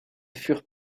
furent